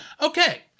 Okay